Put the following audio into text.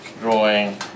drawing